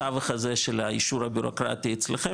הטווח הזה של האישור הבירוקרטי אצלכם